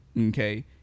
Okay